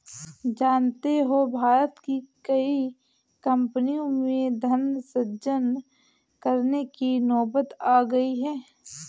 जानते हो भारत की कई कम्पनियों में धन सृजन करने की नौबत आ गई है